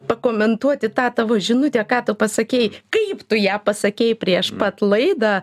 pakomentuoti tą tavo žinutę ką tu pasakei kaip tu ją pasakei prieš pat laidą